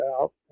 out